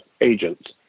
agents